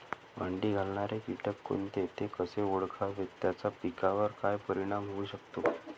अंडी घालणारे किटक कोणते, ते कसे ओळखावे त्याचा पिकावर काय परिणाम होऊ शकतो?